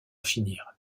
finir